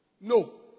No